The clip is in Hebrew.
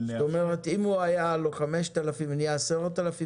אם היו לו 5,000 ונהיה 10,000,